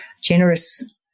generous